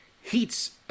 heats